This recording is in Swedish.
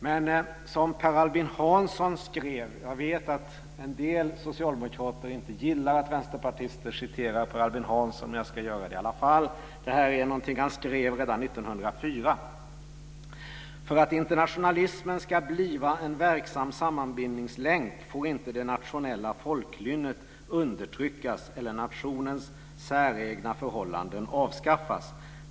Men som Per Albin Hansson skrev 1904 - jag vet att en del socialdemokrater inte gillar att vänsterpartister citerar Per Albin Hansson, men jag ska göra det i alla fall: För att internationalismen skall bliva en verksam sammanbindningslänk får inte det nationella folklynnet undertryckas eller nationens säregna förhållanden avskaffas.